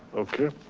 okay,